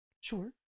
Sure